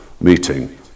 meeting